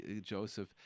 Joseph